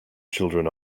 children